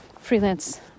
freelance